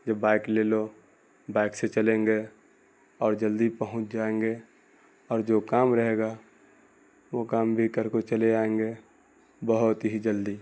یہ بائک لے لو بائک سے چلیں گے اور جلدی پہنچ جائیں گے اور جو کام رہے گا وہ کام بھی کر کو چلے آئیں گے بہت ہی جلدی